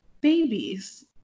babies